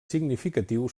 significatiu